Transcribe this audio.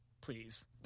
please